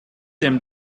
dem